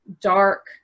dark